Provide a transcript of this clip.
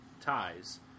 ties